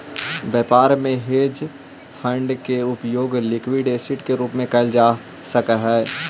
व्यापार में hedge fund के उपयोग लिक्विड एसिड के रूप में कैल जा सक हई